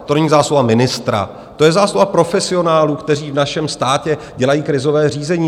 To není zásluha ministra, to je zásluha profesionálů, kteří v našem státě dělají krizové řízení.